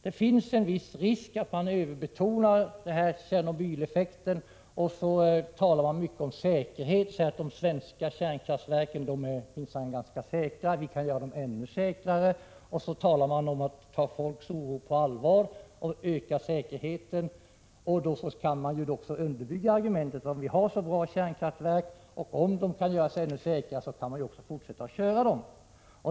Det finns en viss risk att man överbetonar det som hände i Tjernobyl och att man talar alltför mycket om säkerhet. Man säger att de svenska kärnkraftverken är minsann ganska säkra, och vi kan göra dem ännu säkrare. Man talar om att ta folks oro på allvar och öka säkerheten, och då kan man också underbygga argumentet att om vi har så bra kärnkraftverk och om de kan göras ännu säkrare kan man ju också fortsätta att köra dem.